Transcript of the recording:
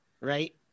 right